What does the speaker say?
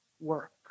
work